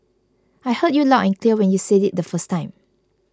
I heard you loud and clear when you said it the first time